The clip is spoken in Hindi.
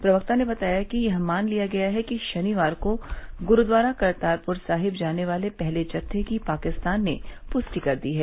प्रवक्ता ने बताया कि यह मान लिया गया है कि शनिवार को गुरूद्वारा करतारपुर साहिब जाने वाले पहले जत्थे की पाकिस्तान ने पुष्टि कर दी है